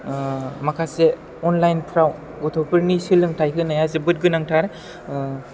ओह माखासे अनलाइनफ्राव गथ'फोरनि सोलोंथाय होनाया जोबोद गोनांथार ओह